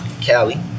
Cali